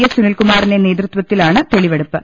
S സുനിൽകുമാറിന്റെ നേതൃത്വത്തിലാണ് തെളിവെടുപ്പ്